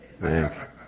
thanks